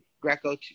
Greco